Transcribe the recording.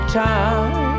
time